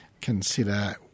consider